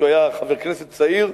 כשהוא היה חבר כנסת צעיר,